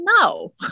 no